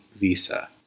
visa